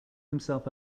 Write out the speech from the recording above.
himself